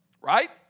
Right